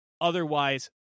Otherwise